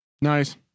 Nice